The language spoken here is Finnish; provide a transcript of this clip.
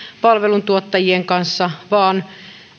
palveluntuottajien kanssa vaan